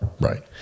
right